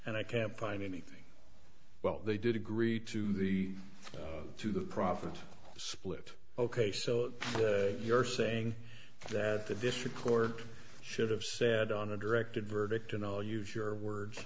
and i can't find anything well they did agree to the to the profit split ok so you're saying that the district court should have said on a directed verdict and i'll use your words